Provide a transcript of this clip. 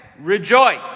Rejoice